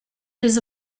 his